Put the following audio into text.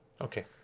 Okay